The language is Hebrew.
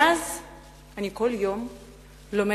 מאז אני כל יום לומדת.